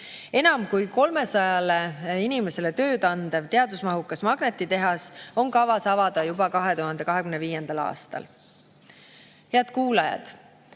Enam kui 300 inimesele tööd andev teadusmahukas magnetitehas on kavas avada juba 2025. aastal. Head kuulajad!